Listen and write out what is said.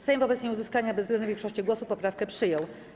Sejm wobec nieuzyskania bezwzględnej większości głosów poprawkę przyjął.